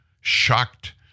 shocked